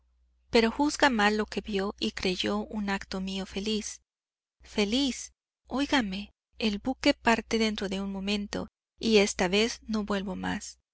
pero juzga mal lo que vió y creyó un acto mío feliz feliz oigame el buque parte dentro de un momento y esta vez no vuelvo más